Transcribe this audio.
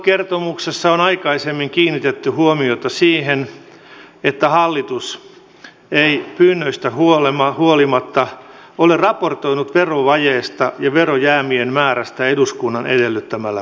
vuosikertomuksessa on aikaisemmin kiinnitetty huomiota siihen että hallitus ei pyynnöistä huolimatta ole raportoinut verovajeesta ja verojäämien määrästä eduskunnan edellyttämällä tavalla